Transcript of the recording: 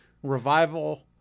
revival